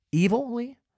evilly